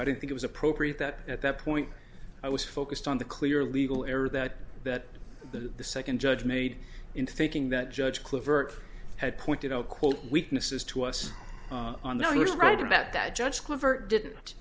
i didn't think it was appropriate that at that point i was focused on the clear legal error that that the second judge made in thinking that judge kluivert had pointed out quote weaknesses to us on the you're right about that judge clever didn't